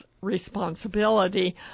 responsibility